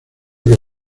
que